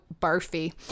barfy